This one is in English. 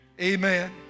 Amen